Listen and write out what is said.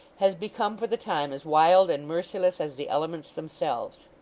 has become for the time as wild and merciless as the elements themselves.